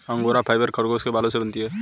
angora fibre खरगोश के बालों से बनती है